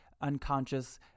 unconscious